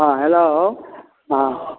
हँ हेलो हँ